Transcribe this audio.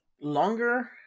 longer